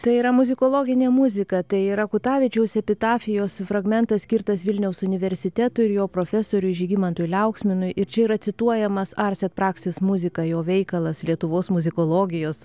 tai yra muzikologinė muzika tai yra kutavičiaus epitafijos fragmentas skirtas vilniaus universitetui ir jo profesoriui žygimantui liauksminui ir čia yra cituojamas arsit praksis muzika jo veikalas lietuvos muzikologijos